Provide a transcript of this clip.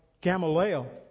Gamaliel